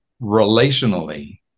relationally